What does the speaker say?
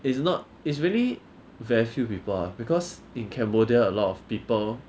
it's not it's really very few people ah because in cambodia a lot of people